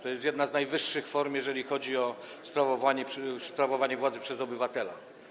To jest jedna z najwyższych form, jeżeli chodzi o sprawowanie władzy przez obywatela.